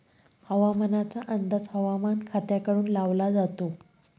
हवामानाचा अंदाज हवामान खात्याकडून लावला जातो